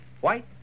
White